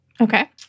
Okay